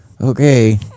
okay